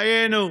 דיינו,